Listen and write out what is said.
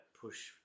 push